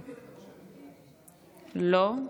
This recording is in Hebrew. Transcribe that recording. לא?